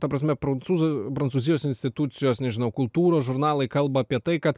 ta prasme prancūzų prancūzijos institucijos nežinau kultūros žurnalai kalba apie tai kad